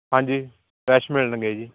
ਹਾਂਜੀ ਫਰੈੱਸ਼ ਮਿਲਣਗੇ ਜੀ